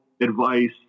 advice